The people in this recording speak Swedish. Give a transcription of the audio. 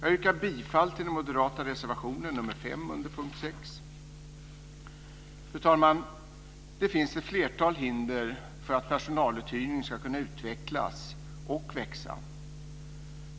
Jag yrkar bifall till den moderata reservationen nr Fru talman! Det finns ett flertal hinder för att personaluthyrning ska kunna utvecklas och växa.